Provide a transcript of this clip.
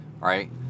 right